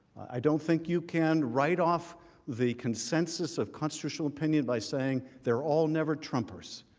i don't think you can write off the consensus of constitutional opinion by saying they are all never trumper's.